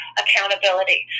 accountability